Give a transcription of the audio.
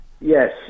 Yes